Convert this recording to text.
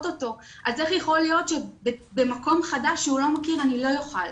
אותו אז איך יכול להיות שבמקום חדש שהוא לא מכיר אני לא אוכל?